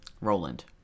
Roland